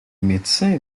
médecin